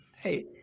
Hey